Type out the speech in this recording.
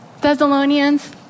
Thessalonians